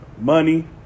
money